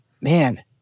man